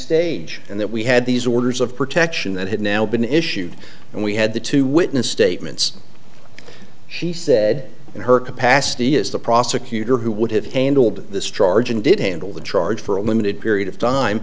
stage and that we had these orders of protection that had now been issued and we had the two witness statements she said in her capacity is the prosecutor who would have handled this charge and did handle the charge for a limited period of time